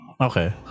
Okay